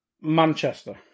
Manchester